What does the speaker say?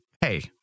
hey